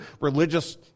religious